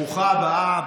ברוכה הבאה.